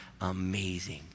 Amazing